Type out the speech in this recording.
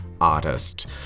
artist